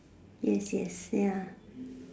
yes yes ya